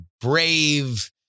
brave